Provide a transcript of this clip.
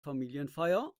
familienfeier